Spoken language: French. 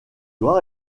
loir